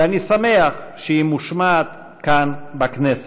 ואני שמח שהיא מושמעת כאן בכנסת.